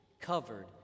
covered